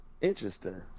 interesting